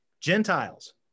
Gentiles